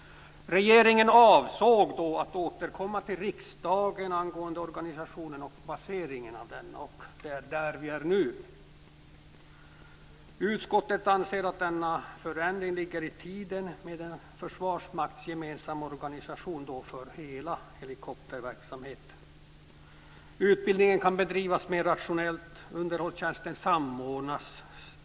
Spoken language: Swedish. Regeringen avsåg att återkomma till riksdagen angående organisationen och baseringen av denna, och där är vi nu. Utskottet anser att denna förändring med en försvarsmaktsgemensam organisation för hela helikopterverksamheten ligger i tiden. Utbildningen kan bedrivas mer rationellt, och undershållstjänsten samordnas.